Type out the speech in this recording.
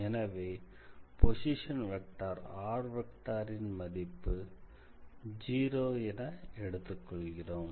எனவே position vector மதிப்பு 0 என எடுத்துக் கொள்கிறோம்